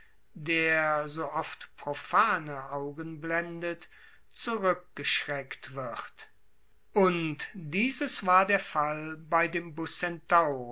der so oft profane augen blendet zurückgeschreckt wird und dieses war der fall bei dem